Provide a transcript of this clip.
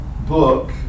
book